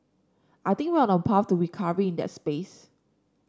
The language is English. I think we're on a path to recovery in that space